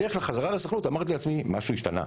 בדרך חזרה לסוכנות אמרתי לעצמי: משהו השתנה.